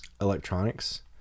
electronics